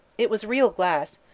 it was real glass,